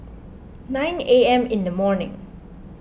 nine A M in the morning